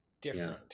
different